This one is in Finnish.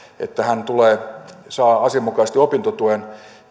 että hän saa asianmukaisesti opintotuen